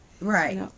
right